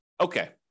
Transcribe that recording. okay